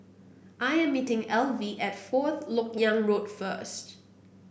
I am meeting Elvie at Fourth LoK Yang Road first